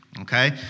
okay